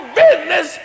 business